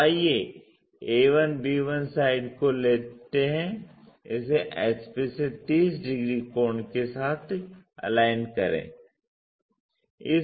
तो आइए a1b1 side को लेते हैं इसे HP से 30 डिग्री कोण के साथ एलाइन करें